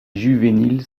juvéniles